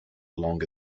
along